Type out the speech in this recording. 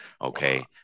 Okay